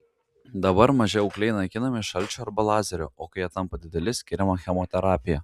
dabar maži augliai naikinami šalčiu arba lazeriu o kai jie tampa dideli skiriama chemoterapija